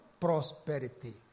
prosperity